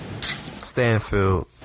Stanfield